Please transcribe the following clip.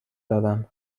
دارم